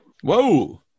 Whoa